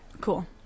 Cool